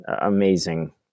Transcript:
amazing